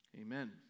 Amen